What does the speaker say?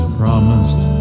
promised